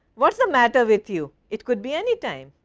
what is the matter with you? it could be any time,